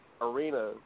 arena